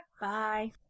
Bye